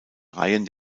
reihen